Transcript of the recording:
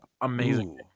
Amazing